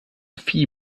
phi